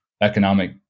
economic